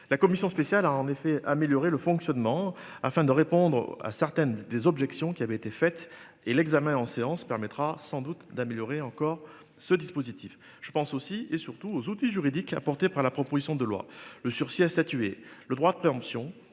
La commission spéciale a en effet améliorer le fonctionnement afin de répondre à certaines des objections qui avait été faites et l'examen en séance permettra sans doute d'améliorer encore ce dispositif. Je pense aussi et surtout aux outils juridiques a apporté par la proposition de loi le sursis à statuer, le droit de préemption